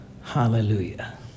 Hallelujah